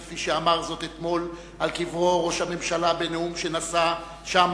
כפי שאמר זאת אתמול על קברו ראש הממשלה בנאום שנשא שם,